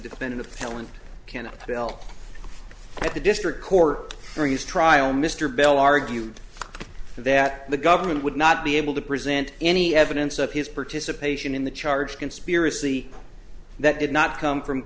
dependent appellant cannot fill at the district court for his trial mr bell argued that the government would not be able to present any evidence of his participation in the charge conspiracy that did not come from